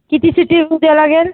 किती शिट्टी होऊ द्यावं लागेल